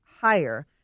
higher